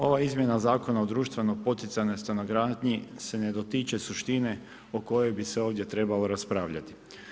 Ova izmjena Zakona o društveno poticajnoj stanogradnji se ne dotiče suštine o kojoj bi se ovdje trebalo raspravljati.